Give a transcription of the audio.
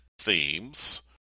themes